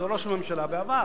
של ראש הממשלה בעבר.